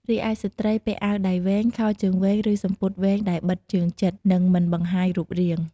រីឯស្ត្រីពាក់អាវដៃវែង ខោជើងវែង ឬសំពត់វែងដែលបិទជើងជិត និងមិនបង្ហាញរូបរាង។